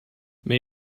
may